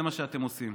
זה מה שאתם עושים.